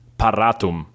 paratum